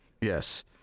Yes